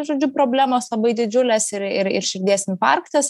žodžiu problemos labai didžiulės ir ir ir širdies infarktas